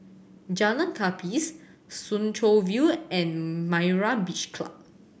Jalan Gapis Soo Chow View and Myra's Beach Club